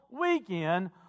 weekend